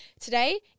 today